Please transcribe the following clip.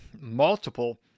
multiple